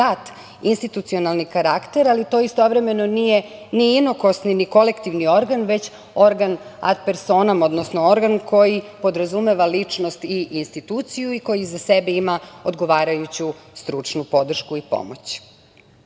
institucionalni karakter, ali to istovremeno nije ni inokosni ni kolektivni organ, već organ ad persona, odnosno organ koji podrazumeva ličnost i instituciju i koji iza sebe ima odgovarajuću stručnu podršku i pomoć. Skup